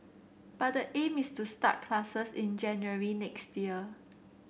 but the aim is to start classes in January next year